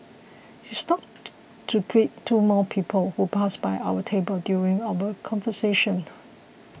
he stops to greet two more people who pass by our table during our conversation